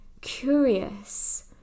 curious